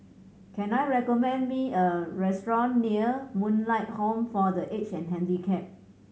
can I recommend me a restaurant near Moonlight Home for The Aged and Handicapped